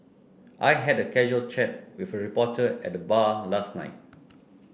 I had a casual chat with a reporter at the bar last night